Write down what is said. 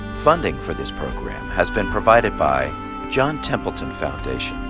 funding for this program has been provided by john templeton foundation,